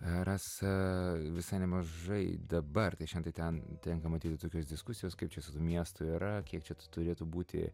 rasa visai nemažai dabar tai šen tai ten tenka matyti tokios diskusijos kaip čia su tuo miestu yra kiek čia turėtų būti